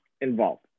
involved